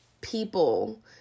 people